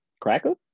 Cracker